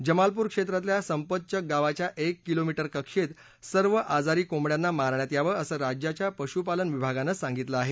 जमालपूर क्षेत्रातल्या संपतचक गावाच्या एक किलोमीटर कक्षेत सर्व आजारी कोंबड्याना मारण्यात यावं असं राज्याच्या पशुपालन विभागांनं सांगितलं आहे